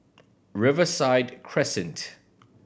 Riverside Crescent